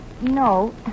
No